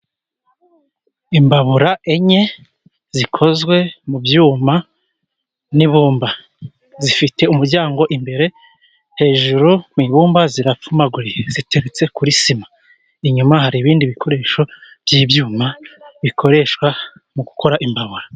Imbabura enye zikozwe mu byuma n’ibumba, zifite umuryango imbere. Hejuru mu ibumba zirapfumuye, ziteretse kuri sima. Inyuma hari ibindi bikoresho by’ibyuma bikoreshwa mu gukora imbabura.